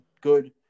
good